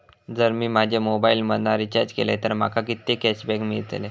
जर मी माझ्या मोबाईल मधन रिचार्ज केलय तर माका कितके कॅशबॅक मेळतले?